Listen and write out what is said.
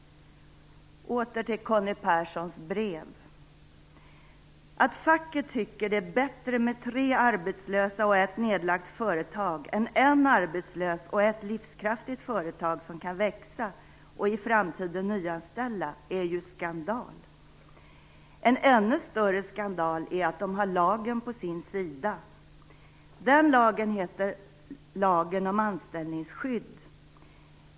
Åter till Conny Persson brev: "Att facket tycker det är bättre med tre arbetslösa och ett nedlagt företag än en arbetslös och ett livskraftigt företag som kan växa och i framtiden nyanställa är ju skandal. En ännu större skandal är att de har lagen på sin sida. Den lagen heter Lagen om anställningsskydd.